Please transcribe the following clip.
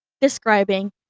describing